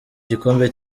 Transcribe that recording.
gikombe